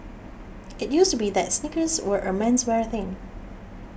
it used to be that sneakers were a menswear thing